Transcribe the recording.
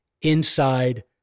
inside